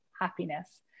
happiness